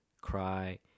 cry